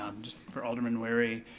um just for alderman wery,